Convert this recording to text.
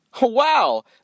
Wow